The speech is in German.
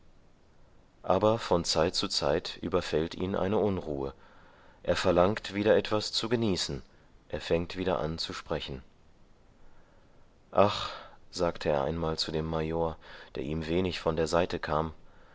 aber von zeit zu zeit überfällt ihn eine unruhe er verlangt wieder etwas zu genießen er fängt wieder an zu sprechen ach sagte er einmal zu dem major der ihm wenig von der seite kam